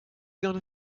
gonna